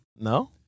No